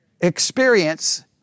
experience